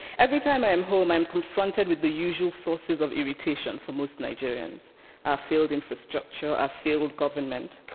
every time i am home i am confronted with the usual sources of irritation for most nigerians our failed infrastructure, our failed government,